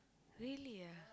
really ah